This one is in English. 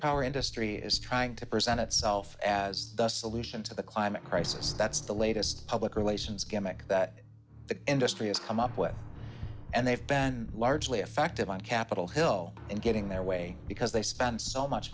our industry is trying to present itself as the solution to the climate crisis that's the latest public relations gimmick that the industry has come up with and they've been largely effective on capitol hill and getting their way because they spent so much